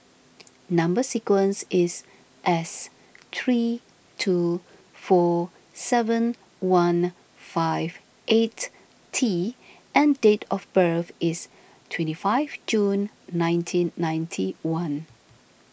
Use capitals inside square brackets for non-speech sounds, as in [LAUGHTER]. [NOISE] Number Sequence is S three two four seven one five eight T and date of birth is twenty five June nineteen ninety one